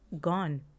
Gone